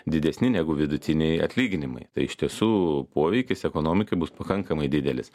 didesni negu vidutiniai atlyginimai tai iš tiesų poveikis ekonomikai bus pakankamai didelis